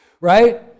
Right